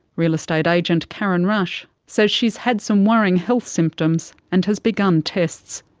real estate agent karen rush says she's had some worrying health symptoms and has begun tests.